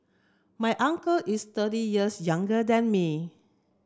my uncle is thirty years younger than me